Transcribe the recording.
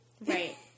Right